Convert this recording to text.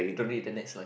don't need the next line